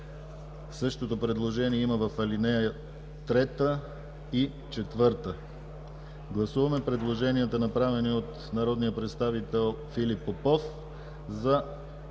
.Същото предложение има и в ал. 3 и 4. Гласуваме предложенията, направени от народния представител Филип Попов за